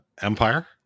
Empire